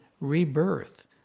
rebirth